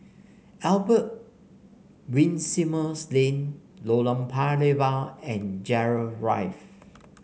Albert Winsemius Lane Lorong Paya Lebar and Gerald